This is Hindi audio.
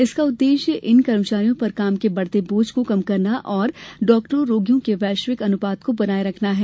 इसका उद्देश्य इन कर्मचारियों पर काम के बढ़ते बोझ को कम करना और चिकित्सकों रोगियों के वैश्विक अनुपात को बनाए रखना है